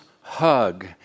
Hug